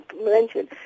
mentioned